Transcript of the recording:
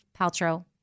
Paltrow